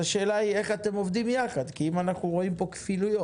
השאלה היא איך אתם עובדים יחד כי אולי אנחנו רואים פה כפילויות.